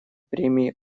премии